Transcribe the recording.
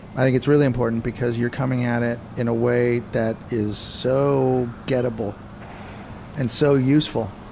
i think it's really important because you're coming at it in a way that is so gettable and so useful.